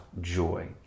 joy